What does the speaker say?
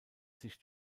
sich